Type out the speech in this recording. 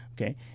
Okay